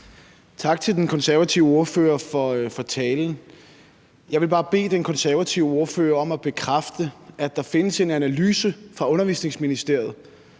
Tak til den konservative ordfører for talen. Jeg vil bare bede den konservative ordfører om at bekræfte, at der findes en analyse fra Undervisningsministeriet,